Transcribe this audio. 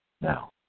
Now